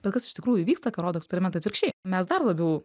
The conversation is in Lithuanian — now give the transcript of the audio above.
bet kas iš tikrųjų įvyksta ką rodo eksperimentai atvirkščiai mes dar labiau